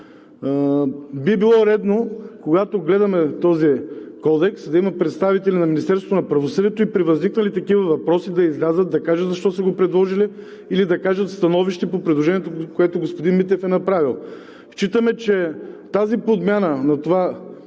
Би било редно, когато гледаме този кодекс, да има представители на Министерството на правосъдието и при възникнали такива въпроси, да излязат и кажат защо са го предложили или да кажат становище по предложението, което господин Митев е направил. Считаме, че тази подмяна на това